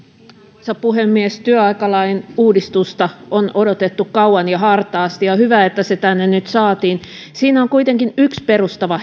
arvoisa puhemies työaikalain uudistusta on odotettu kauan ja hartaasti ja hyvä että se tänne nyt saatiin siinä on kuitenkin yksi perustava